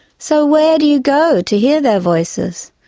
so where do you go to hear their voices,